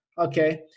Okay